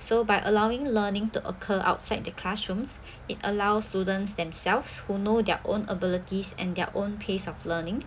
so by allowing learning to occur outside the classrooms it allows students themselves who knew their own abilities and their own pace of learning